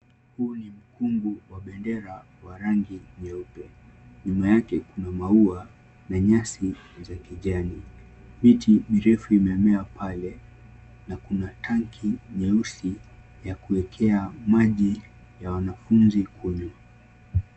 Huu ni mkungu wa bendera wa rangi nyeupe. Nyuma yake kuna maua na nyasi za kijani. Miti mirefu imemea pale na kuna tanki nyeusi ya kuekea maji ya wanafunzi kunywa.